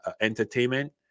entertainment